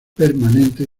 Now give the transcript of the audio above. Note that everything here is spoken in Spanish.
permanente